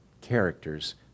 characters